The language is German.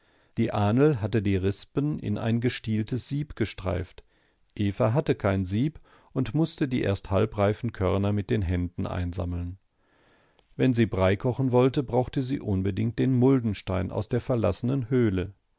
die ahnl hatte die rispen in ein gestieltes sieb gestreift eva hatte kein sieb und mußte die erst halbreifen körner mit den händen einsammeln wenn sie brei kochen wollte brauchte sie unbedingt den muldenstein aus der verlassenen höhle